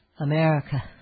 America